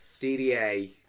dda